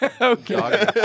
Okay